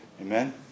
Amen